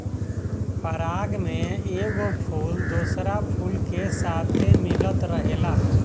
पराग में एगो फूल दोसरा फूल के साथे मिलत रहेला